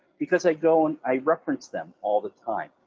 because i go and i reference them all the time.